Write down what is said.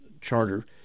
charter